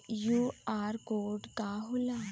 QR code का होला?